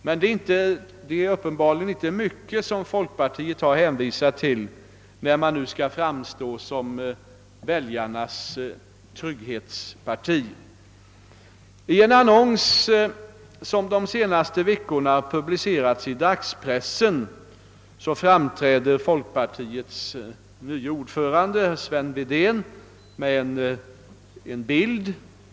Men det är uppenbarligen inte mycket som folkpartiet har att hänvisa till när det nu vill framstå som väljarnas speciella trygghetsparti. I en annons som de senaste veckorna har publicerats i dagspressen framträder folkpartiets nye ordförande herr Sven Wedén med en bild.